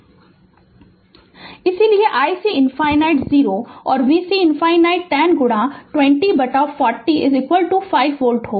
Refer Slide Time 3201 Refer Slide Time 3217 इसलिए ic ∞ 0 और vc ∞ 10 गुणा 20 बटा 40 5 वोल्ट होगा